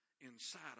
inside